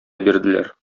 бирделәр